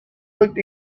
looked